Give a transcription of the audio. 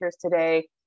today